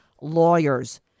lawyers